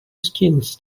skills